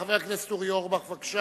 חבר הכנסת אורי אורבך, בבקשה.